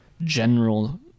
general